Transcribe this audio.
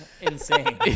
Insane